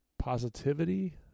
Positivity